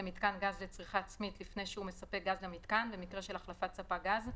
למיתקן גז לצריכה עצמית לפני שהוא מספק גז למיתקן במקרה של החלפת ספק גז,